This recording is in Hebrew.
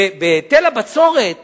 בהיטל הבצורת